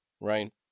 Right